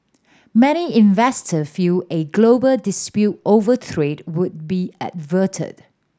many investor feel a global dispute over trade would be averted